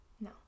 No